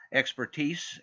expertise